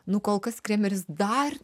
nu kol kas kremeris dar